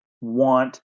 want